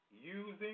using